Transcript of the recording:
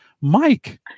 Mike